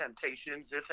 temptations